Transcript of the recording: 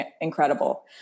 incredible